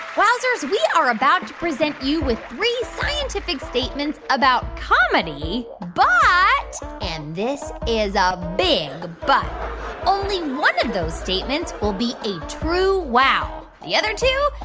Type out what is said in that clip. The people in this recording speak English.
wowzers, we are about to present you with three scientific statements about comedy. but and this is a big but only one of those statements will be a true wow the other two,